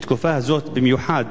בתקופה הזאת במיוחד,